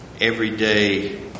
everyday